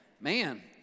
man